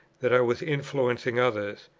that i was influencing others.